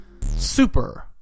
Super